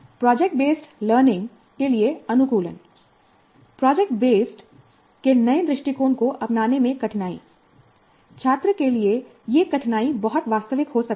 project based learning के लिए अनुकूलन प्रोजेक्ट बेस्ड के नए दृष्टिकोण को अपनाने में कठिनाई छात्र के लिए यह कठिनाई बहुत वास्तविक हो सकती है